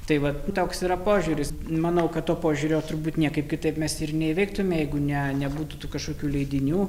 tai vat toks yra požiūris manau kad to požiūrio turbūt niekaip kitaip mes ir neįveiktume jeigu ne nebūtų kažkokių leidinių